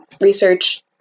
research